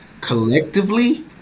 Collectively